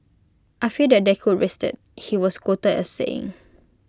I fear that they could risk IT he was quoted as saying